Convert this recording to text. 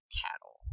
cattle